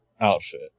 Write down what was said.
outfit